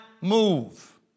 move